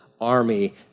army